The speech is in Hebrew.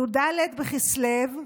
י"ד בכסלו,